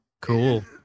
Cool